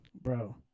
Bro